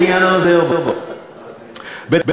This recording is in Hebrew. קראתי, אפילו הוא